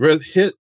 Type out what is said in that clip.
hit